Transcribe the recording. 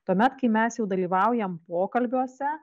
tuomet kai mes jau dalyvaujam pokalbiuose